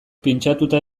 pintxatuta